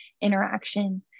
interaction